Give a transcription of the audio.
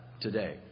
today